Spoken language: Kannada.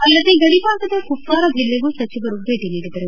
ಅಲ್ಲದೆ ಗಡಿಭಾಗದ ಕುಪ್ವಾರ ಜಿಲ್ಲೆಗೂ ಸಚಿವರು ಭೇಟ ನೀಡಿದರು